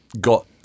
got